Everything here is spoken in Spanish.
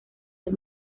del